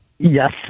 Yes